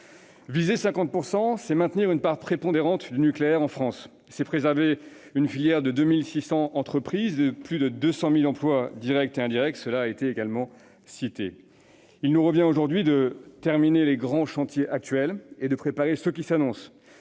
Viser 50 %, c'est maintenir la part prépondérante du nucléaire en France et c'est préserver une filière de 2 600 entreprises et de plus de 200 000 emplois directs et indirects ; ces chiffres aussi ont été cités dans ce débat. Il nous revient aujourd'hui de terminer les grands chantiers actuels et de préparer ceux qui s'annoncent.